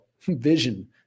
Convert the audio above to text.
vision